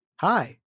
Hi